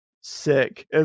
sick